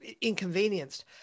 inconvenienced